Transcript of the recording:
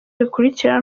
bikurikira